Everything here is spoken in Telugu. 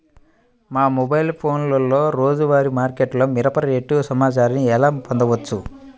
మా మొబైల్ ఫోన్లలో రోజువారీ మార్కెట్లో మిరప రేటు సమాచారాన్ని ఎలా పొందవచ్చు?